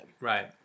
Right